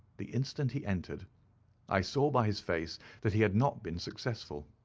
the instant he entered i saw by his face that he had not been successful.